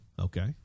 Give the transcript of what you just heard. Okay